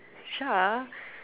Shah